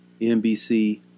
NBC